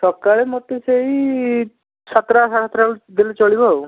ସକାଳେ ମୋତେ ସେଇ ସାତଟା ସାଢ଼େ ସାତଟା ବେଳକୁ ଦେଲେ ଚଳିବ ଆଉ